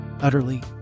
utterly